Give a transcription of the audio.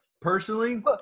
Personally